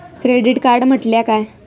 Credit card म्हटल्या काय?